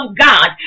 God